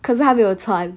可是还没有穿